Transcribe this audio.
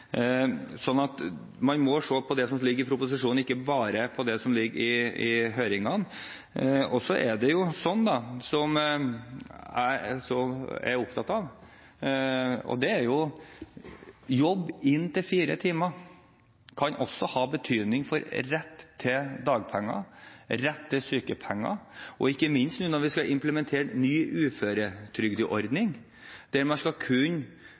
som ligger i proposisjonen, og ikke bare på det som ligger i høringene. Jeg er opptatt av at jobb i inntil fire timer også kan ha betydning for rett til dagpenger og rett til sykepenger. Og ikke minst når vi nå skal implementere ny uføretrygdordning, der man til enhver tid skal kunne